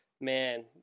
man